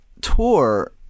tour